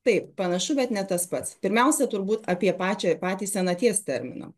taip panašu bet ne tas pats pirmiausia turbūt apie pačią patį senaties terminą